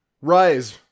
rise